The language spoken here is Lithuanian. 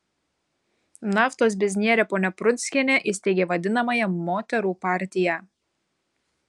naftos biznierė ponia prunskienė įsteigė vadinamąją moterų partiją